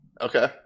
Okay